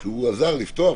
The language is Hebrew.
שהוא עזר לפתוח,